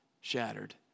shattered